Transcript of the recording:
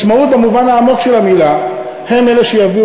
משמעות במובן העמוק של המילה הם שיביאו